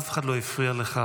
אף אחד לא הפריע לך,